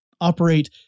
operate